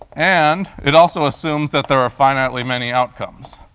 and it also assumes that there are finitely many outcomes.